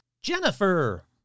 Jennifer